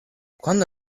quando